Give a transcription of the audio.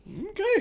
Okay